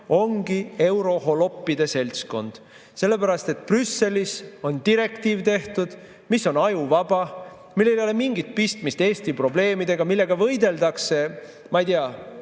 ongi euroholoppide seltskond. Sellepärast, et Brüsselis on tehtud direktiiv, mis on ajuvaba, millel ei ole mingit pistmist Eesti probleemidega, millega võideldakse, ma ei tea,